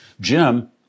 Jim